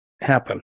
happen